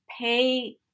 pay